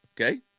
Okay